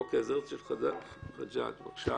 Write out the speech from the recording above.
אוקיי, הרצל חג'אג', בבקשה.